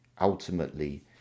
ultimately